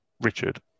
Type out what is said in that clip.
Richard